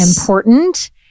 important